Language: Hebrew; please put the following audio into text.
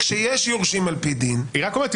שכשיש יורשים על-פי דין --- היא רק אומרת: